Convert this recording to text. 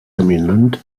dominant